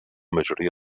majoria